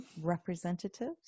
Representatives